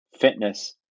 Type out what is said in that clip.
fitness